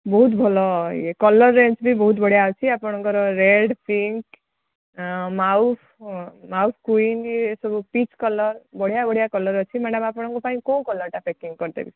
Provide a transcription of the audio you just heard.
ବହୁତ ଭଲ ୟେ କଲର୍ ରେଞ୍ଜ ବି ବହୁତ ବଢ଼ିଆ ଅଛି ଆପଣଙ୍କର ରେଡ଼୍ ପିଙ୍କ୍ ମାଉକ୍ ମାଉକ୍ କ୍ୱିନ୍ ଏସବୁ ପିଚ୍ କଲର୍ ବଢ଼ିଆ ବଢ଼ିଆ କଲର୍ ଅଛି ମ୍ୟାଡ଼ମ୍ ଆପଣଙ୍କ ପାଇଁ କେଉଁ କଲର୍ଟା ପ୍ୟାକିଂ କରିଦେବି